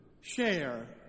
share